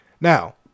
Now